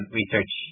research